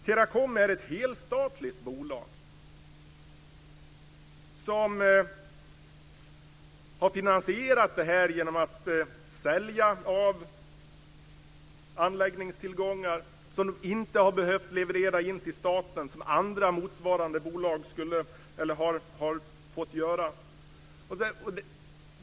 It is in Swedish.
Teracom är ett helstatligt bolag, som har finansierat det här genom att sälja av anläggningstillgångar som de inte har behövt leverera in till staten, som andra motsvarande bolag har fått göra.